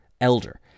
Elder